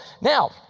Now